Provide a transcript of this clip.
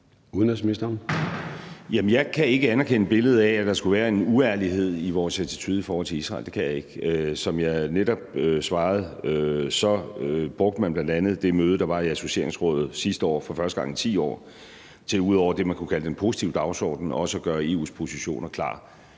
Rasmussen): Jeg kan ikke anerkende billedet af, at der skulle være en uærlighed i vores attitude i forhold til Israel; det kan jeg ikke. Som jeg netop svarede, brugte man bl.a. det møde, der var i associeringsrådet sidste år for første gang i 10 år, til ud over det, man kunne kalde den positive dagsorden, også at gøre EU's positioner klar,